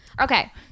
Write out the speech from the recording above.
okay